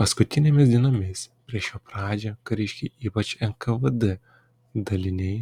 paskutinėmis dienomis prieš jo pradžią kariškiai ypač nkvd daliniai